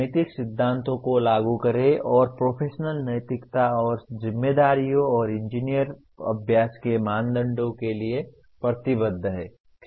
नैतिक सिद्धांतों को लागू करें और प्रोफेशनल नैतिकता और जिम्मेदारियों और इंजीनियरिंग अभ्यास के मानदंडों के लिए प्रतिबद्ध हैं